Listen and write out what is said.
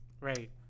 right